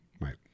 Right